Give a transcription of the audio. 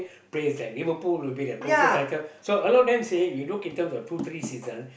praise like Liverpool will be the closest title so a lot of them saying you look in terms of two three seasons